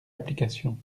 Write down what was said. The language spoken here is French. application